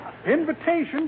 Invitation